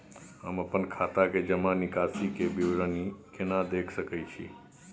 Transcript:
हम अपन खाता के जमा निकास के विवरणी केना देख सकै छी?